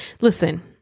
Listen